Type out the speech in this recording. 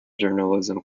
journalism